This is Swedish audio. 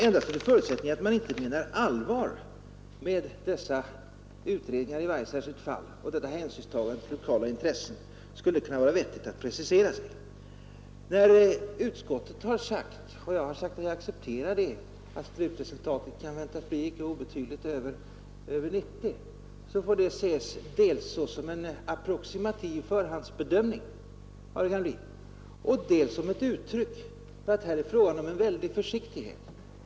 Endast under förutsättning att man inte menar allvar med dessa utredningar i varje särskilt fall och detta hänsynstagande till lokala intressen skulle det vara vettigt att precisera sig. När utskottet har sagt, och jag har sagt att jag accepterar det, att slutresultatet kan väntas bli icke obetydligt över 90, så får det ses dels som en approximativ förhandsbedömning av vad det kan bli, dels som ett uttryck för att det är fråga om en väldig försiktighet.